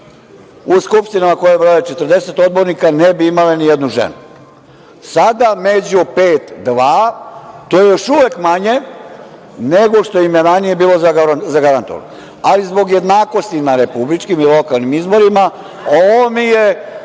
u skupštinama koje broje 40 odbornika, ne bi imale ni jednu ženu. Sada među pet, dva, to je još uvek manje, nego što im je bilo ranije zagarantovano, ali zbog jednakosti na republičkim i lokalnim izborima, ovo je,